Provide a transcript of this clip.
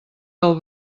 del